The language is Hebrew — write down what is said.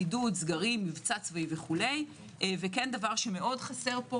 בידוד, סגרים, מבצע צבאי וכו', ועוד דבר שחסר פה